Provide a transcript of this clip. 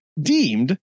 deemed